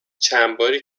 چندباری